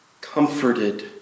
Comforted